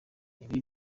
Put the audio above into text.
ibi